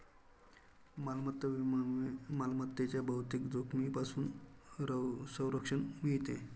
मालमत्ता विम्यामुळे मालमत्तेच्या बहुतेक जोखमींपासून संरक्षण मिळते